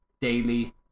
daily